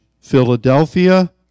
Philadelphia